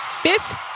fifth